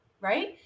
right